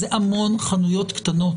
אלה המון חנויות קטנות.